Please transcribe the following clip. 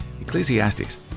Ecclesiastes